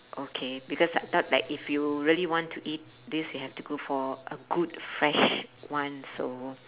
okay because I thought like if you really want to eat this you have to go for a good fresh one so